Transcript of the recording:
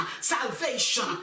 salvation